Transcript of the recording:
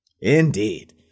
Indeed